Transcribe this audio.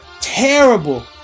terrible